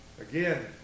again